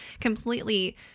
completely